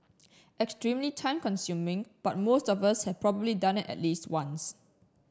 extremely time consuming but most of us have probably done it at least once